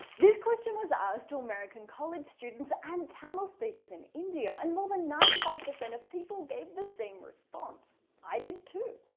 this question was asked to american college students and tamil speakers in india and more than ninety five percent of people gave the same response. i did too.